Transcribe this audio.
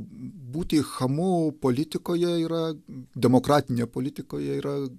būti chamu politikoje yra demokratinėje politikoje yra